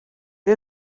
què